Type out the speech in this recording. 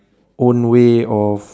own way of